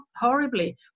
horribly